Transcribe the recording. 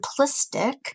simplistic